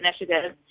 initiative